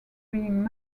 being